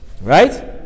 Right